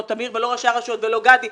לא תמיד ולא ראשי הרשויות ולא גדי,